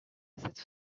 cette